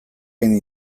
hain